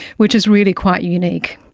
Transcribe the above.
which is really quite unique.